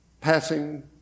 passing